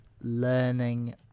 learning